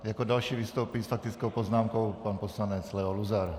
Jako další vystoupí s faktickou poznámkou pan poslanec Leo Luzar.